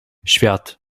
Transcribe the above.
świat